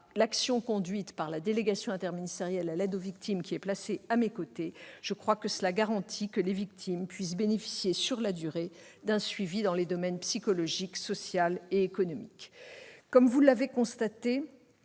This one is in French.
l'action conduite par la délégation interministérielle à l'aide aux victimes, placée à mes côtés, me semblent garantir que les victimes puissent bénéficier, sur la durée, d'un suivi dans les domaines psychologique, social et économique. Il faut conclure,